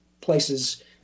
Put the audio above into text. places